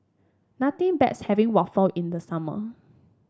nothing beats having waffle in the summer